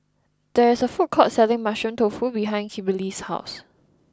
there is a food court selling Mushroom Tofu behind Kimberli's house